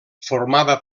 formava